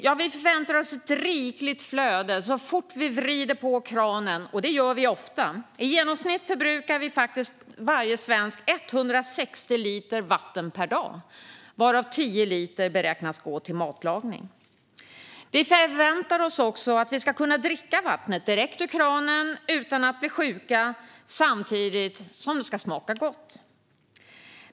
Jo, vi förväntar oss ett rikligt flöde så fort vi vrider på kranen, och det gör vi ofta. I genomsnitt förbrukar faktiskt varje svensk 160 liter vatten per dag, varav 10 liter beräknas gå till matlagning. Vi förväntar oss också att vi ska kunna dricka vattnet direkt ur kranen utan att bli sjuka, samtidigt som det ska smaka gott.